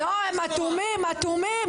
לא, הם אטומים אטומים